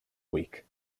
week